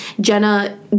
Jenna